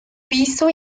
piso